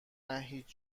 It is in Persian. نه، هیچ